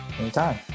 anytime